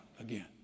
again